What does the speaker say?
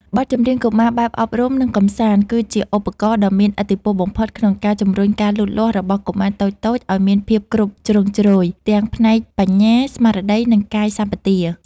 បទចម្រៀងកុមារបែបអប់រំ និងកម្សាន្ត គឺជាឧបករណ៍ដ៏មានឥទ្ធិពលបំផុតក្នុងការជំរុញការលូតលាស់របស់កុមារតូចៗឱ្យមានភាពគ្រប់ជ្រុងជ្រោយ ទាំងផ្នែកបញ្ញា ស្មារតី និងកាយសម្បទា។